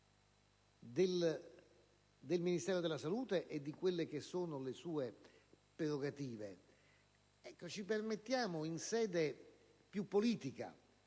del Ministero della salute di quelle che sono le sue prerogative. Ci permettiamo però, nella sede più politica